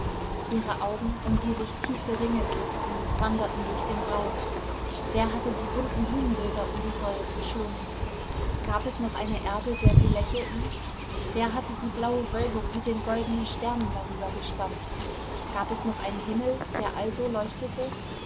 ihre augen um die sich tiefe ringe legten wanderten durch den raum wer hatte die bunten blumenbilder um die säulen geschlungen gab es noch eine erde der sie lächelten wer hatte die blaue wölbung mit den goldenen sternen darüber gespannt gab es noch einen himmel der also leuchtete